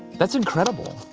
that's incredible.